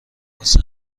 واسه